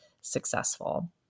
successful